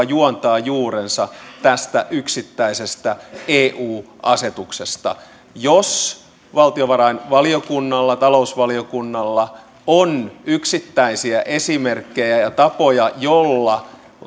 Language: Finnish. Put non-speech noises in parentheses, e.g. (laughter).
(unintelligible) juontaa juurensa tästä yksittäisestä eu asetuksesta jos valtiovarainvaliokunnalla tai talousvaliokunnalla on yksittäisiä esimerkkejä ja tapoja joilla